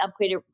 upgraded